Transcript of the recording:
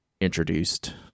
introduced